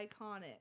iconic